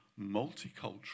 multicultural